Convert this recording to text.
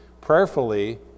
prayerfully